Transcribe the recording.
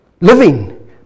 living